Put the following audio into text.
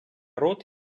рот